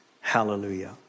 Hallelujah